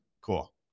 cool